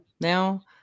now